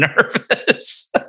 nervous